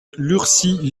lurcy